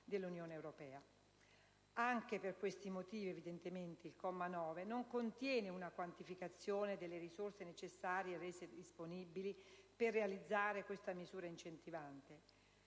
dell'Unione europea. Anche per questi motivi, evidentemente il comma 9 non contiene una quantificazione delle risorse necessarie e rese disponibili per realizzare questa misura incentivante.